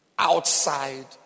outside